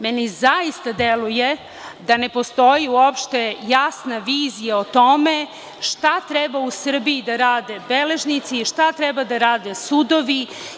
Meni zaista deluje da ne postoji uopšte jasna vizija o tome šta treba u Srbiji da rade beležnici, šta treba da rade sudovi.